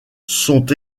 sont